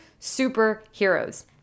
superheroes